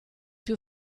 più